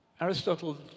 Aristotle